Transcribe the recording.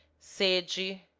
say good-by.